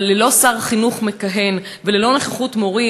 אבל ללא שר חינוך מכהן וללא נוכחות מורים,